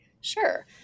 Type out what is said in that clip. Sure